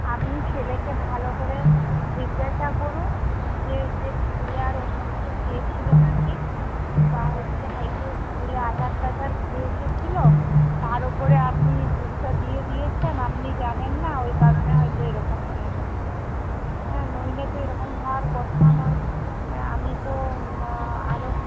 আপনি ছেলেকে ভালো করে জিজ্ঞাসা করুন যে সে স্কুলে আর অন্য কিছু খেয়েছিলো না কি বা হচ্ছে হয়তো স্কুলে আচার টাচার খেয়ে এসেছিলো তার ওপরে আপনি দুধটা দিয়ে দিয়েছেন আপনি জানেন না ওই কারণে হয়তো এরকম হয়ে গেছে হ্যাঁ নইলে তো এরকম হওয়ার কথা নয় হ্যাঁ আমি তো আরও